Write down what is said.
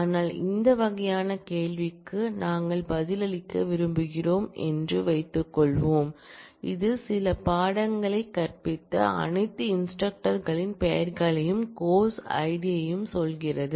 ஆனால் இந்த வகையான கேள்விக்கு நாங்கள் பதிலளிக்க விரும்புகிறோம் என்று வைத்துக்கொள்வோம் இது சில பாடங்களை கற்பித்த அனைத்து இன்ஸ்டிரக்டர்களின் பெயர்களையும்course id சொல்கிறது